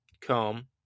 come